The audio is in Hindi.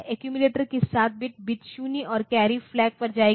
एक्यूमिलेटर की 7 बिट बिट 0 और कैरी फ़्लैग पर जाएगी